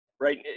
right